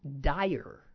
dire